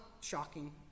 shocking